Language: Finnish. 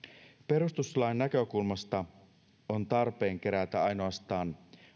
perustuslain näkökulmasta on tarpeen kerätä ainoastaan